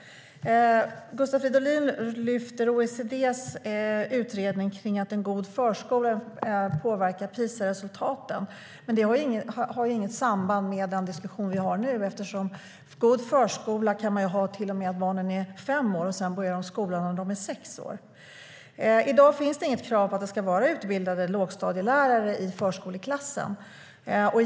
Gustav Fridolin lyfter fram OECD:s utredning om att en god förskola påverkar PISA-resultaten. Det har dock inget samband med den diskussion vi har nu eftersom man kan ha god förskola till och med att barn är fem år och sedan börjar de skolan när de är sex år.I dag finns det inget krav på att det ska vara utbildade lågstadielärare i förskoleklassen.